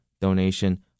donation